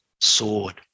sword